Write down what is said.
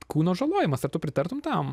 kūno žalojimas ar tu pritartum tam